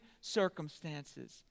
circumstances